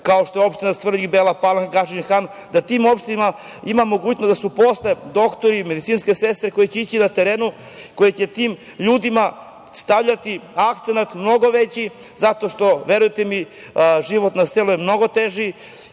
kao što je opština Svrljig, Bela Palanka, Gadžin Han, da u tim opštinama ima mogućnosti da se zaposle doktori, medicinske sestre, koji će ići po terenu, koji će tim ljudima stavljati akcenat mnogo veći, zato što je, verujte mi, život na selu mnogo teži,